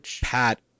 Pat